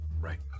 Right